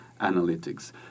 analytics